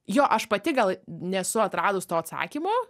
jo aš pati gal nesu atradus to atsakymo